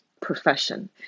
profession